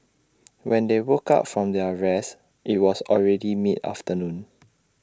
when they woke up from their rest IT was already mid afternoon